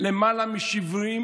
מליאה?